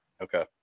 Okay